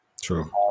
True